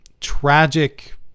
tragic